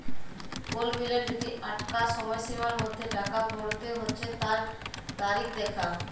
কোল বিলের যদি আঁকটা সময়সীমার মধ্যে টাকা ভরতে হচ্যে তার তারিখ দ্যাখা